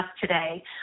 today